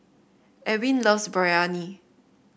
Ewin loves Biryani